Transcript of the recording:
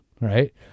Right